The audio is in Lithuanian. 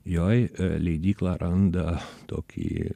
joj leidykla randa tokį